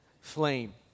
flame